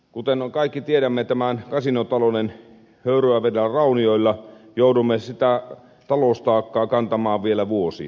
kuten kaikki tiedämme tämän kasinotalouden höyryävillä raunioilla joudumme sitä taloustaakkaa kantamaan vielä vuosia